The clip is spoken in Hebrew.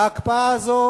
ההקפאה הזו